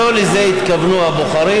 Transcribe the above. לא לזה התכוונו הבוחרים.